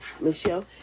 Michelle